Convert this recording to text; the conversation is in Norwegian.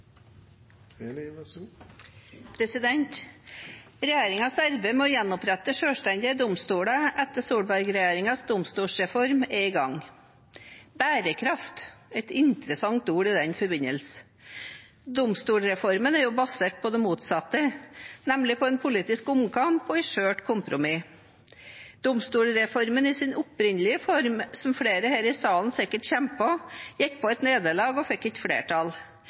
i gang. Bærekraft er et interessant ord i den forbindelse. Domstolreformen er jo basert på det motsatte, nemlig på en politisk omkamp og et skjørt kompromiss. Domstolreformen i sin opprinnelige form, som flere her i salen sikkert husker, gikk på et nederlag og fikk ikke flertall.